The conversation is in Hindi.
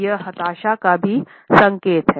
यह हताशा का भी संकेत हैं